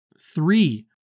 three